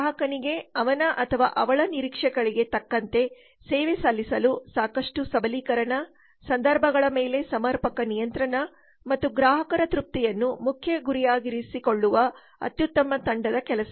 ಗ್ರಾಹಕನಿಗೆ ಅವನ ಅಥವಾ ಅವಳ ನಿರೀಕ್ಷೆಗಳಿಗೆ ತಕ್ಕಂತೆ ಸೇವೆ ಸಲ್ಲಿಸಲು ಸಾಕಷ್ಟು ಸಬಲೀಕರಣ ಸಂದರ್ಭಗಳ ಮೇಲೆ ಸಮರ್ಪಕ ನಿಯಂತ್ರಣ ಮತ್ತು ಗ್ರಾಹಕರ ತೃಪ್ತಿಯನ್ನು ಮುಖ್ಯ ಗುರಿಯಾಗಿರಿಸಿಕೊಳ್ಳುವ ಅತ್ಯುತ್ತಮ ತಂಡದ ಕೆಲಸ